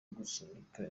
gusunika